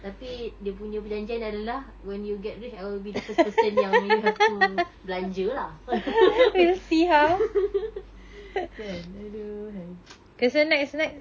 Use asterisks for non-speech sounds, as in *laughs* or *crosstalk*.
tapi dia punya perjanjian adalah when you get rich I will be the first person yang you have to belanja lah *laughs* kan aduhai